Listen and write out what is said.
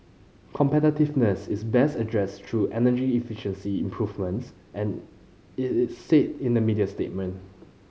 competitiveness is best addressed through energy efficiency improvements and it said in a media statement